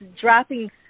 dropping